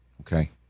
okay